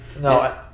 No